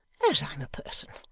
as i'm a person,